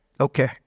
Okay